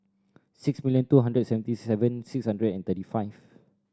six million two hundred seventy seven six hundred and thirty five